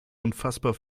unfassbar